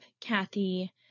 Kathy